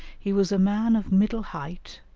he was a man of middle height,